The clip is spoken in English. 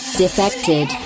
defected